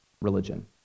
religion